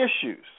issues